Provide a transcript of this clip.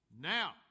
Now